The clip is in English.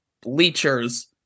Bleachers